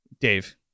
Dave